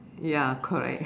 ya correct